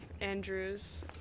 Andrew's